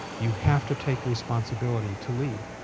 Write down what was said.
you have to take responsibility to lead.